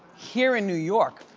here in new york,